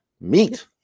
Meat